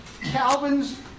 Calvin's